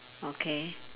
okay